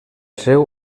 seu